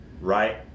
right